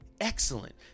Excellent